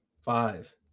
Five